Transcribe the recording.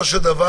מה שהוא אומר,